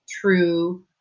true